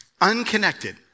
unconnected